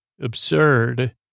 absurd